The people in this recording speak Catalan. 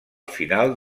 final